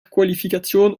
qualifikation